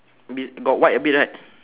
be~ got white a bit right